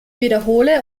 wiederhole